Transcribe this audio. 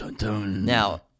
Now